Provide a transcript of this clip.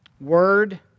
Word